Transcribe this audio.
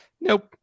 nope